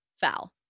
foul